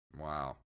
wow